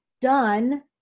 done